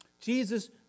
Jesus